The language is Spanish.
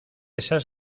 esas